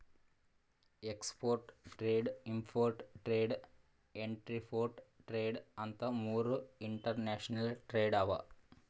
export trade, import trade, entrepot trade ಅಂತ್ ಮೂರ್ international trade ಅವಾ